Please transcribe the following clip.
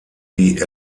die